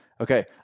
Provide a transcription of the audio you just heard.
Okay